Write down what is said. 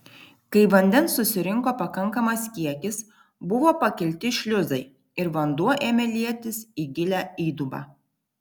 kai vandens susirinko pakankamas kiekis buvo pakelti šliuzai ir vanduo ėmė lietis į gilią įdubą